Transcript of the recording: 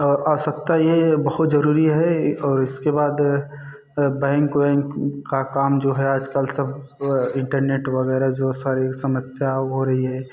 और आवश्यकता यह बहुत ज़रूरी है और इसके बाद बैंक वैंक का काम जो है आजकल सब इन्टरनेट वगैरह जो सारी समस्या हो रही है